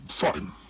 Fine